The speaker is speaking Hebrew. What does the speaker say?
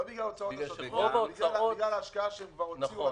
לא בגלל ההוצאות השוטפות אלא בגלל ההשקעה שהם כבר הוציאו.